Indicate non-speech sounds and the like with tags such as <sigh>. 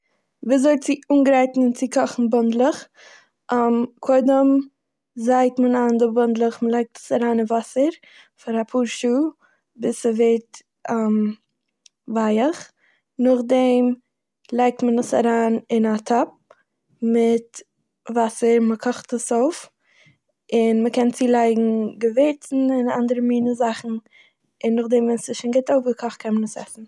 וויזוי צו אנגרייטן און צו קאכן בונדלעך. <hesitation> קודם זייט מען איין די בונדלעך- מ'לייגט עס אריין אין וואסער פאר אפאר שעה ביז ס'ווערט <hesitation> ווייעך, נאכדעם לייגט מען עס אריין אין א טאפ מיט וואסער און מ'קאכט עס אויף און מ'קען צולייגן געווירצן און אנדערע מינע זאכן, און נאכדעם ווען ס'איז שוין גוט אפגעקאכט קען מען עס עסן.